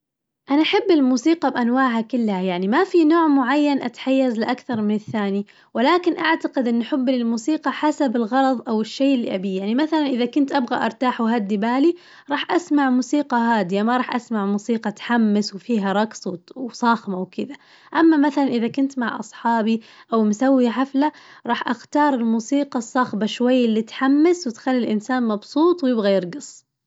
أنا أحب الموسيقى بأنواعها كلها يعني ما في نوع معين أتحيزله أكثر من الثاني، ولكن أعتقد إن حبي للموسيقى حسب الغرظ أو الشي اللي أبيه يعني مثلاً إذا كنت أبغى أرتاح وأهدي بالي راح أسمع موسيقى هادية ما راح أسمع موسيقى تحمس وفيها رقص وصاخمة وكذا، أما مثلاً إذا كنت مع أصحابي أو مسوية حفلة راح أختار الموسيقى الصاخبة شوي اللي تحمس وتخلي الإنسان مبسوط ويبغى يرقص.